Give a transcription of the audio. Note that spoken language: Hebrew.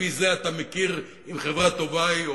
ועל-פי זה אתה מכיר אם חברה טובה היא,